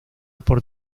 por